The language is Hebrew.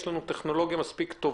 יש לנו טכנולוגיה מספיק טובה